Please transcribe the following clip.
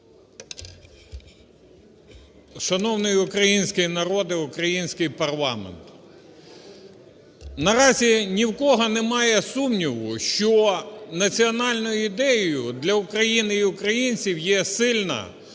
Шановний український народе, український парламент! Наразі ні в кого немає сумніву, що національною ідею для України і українців є сильна,